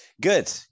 good